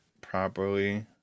properly